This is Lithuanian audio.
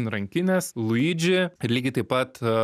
rankinės luidži ir lygiai taip pat